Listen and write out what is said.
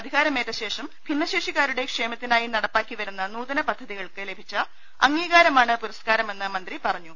അധികാരമേറ്റ ശേഷം ഭിന്നശേഷിക്കാരുടെ ക്ഷേമ ത്തിനായി നടപ്പാക്കി വരുന്ന നൂതന പദ്ധതികൾക്ക് ലഭിച്ച അംഗീ കാരമാണ് പുരസ്കാരമെന്ന് മന്ത്രി പറഞ്ഞു